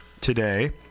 today